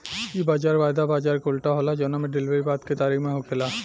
इ बाजार वायदा बाजार के उल्टा होला जवना में डिलेवरी बाद के तारीख में होखेला